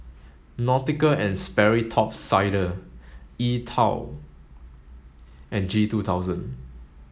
Nautica and Sperry Top Sider E TWOW and G two thousand